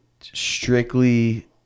strictly